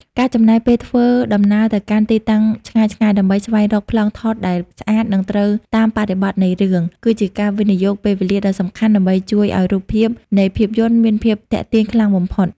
ការចំណាយពេលធ្វើដំណើរទៅកាន់ទីតាំងឆ្ងាយៗដើម្បីស្វែងរកប្លង់ថតដែលស្អាត និងត្រូវតាមបរិបទនៃរឿង គឺជាការវិនិយោគពេលវេលាដ៏សំខាន់ដើម្បីជួយឱ្យរូបភាពនៃភាពយន្តមានភាពទាក់ទាញខ្លាំងបំផុត។